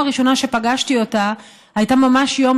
הפעם הראשונה שפגשתי אותה הייתה ממש יום